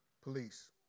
police